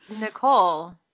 Nicole